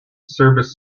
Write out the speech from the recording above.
service